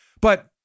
but-